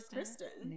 Kristen